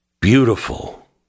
beautiful